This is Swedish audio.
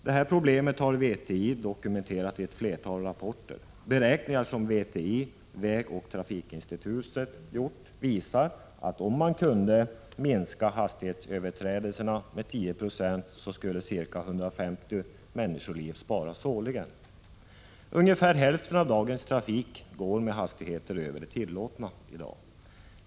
Detta problem har VTI dokumenterat i ett flertal rapporter. Beräkningar som VTI, vägoch trafikinstitutet, gjort visar att om man kunde minska hastighetsöverträdelserna med 10 96, skulle ca 150 människoliv sparas årligen. Ungefär hälften av dagens trafik går med hastigheter över de tillåtna.